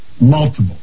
Multiple